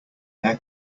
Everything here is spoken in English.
air